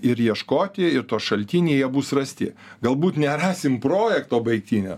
ir ieškoti ir to šaltiniai jie bus rasti galbūt nerasim projekto baigtinio